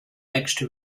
extra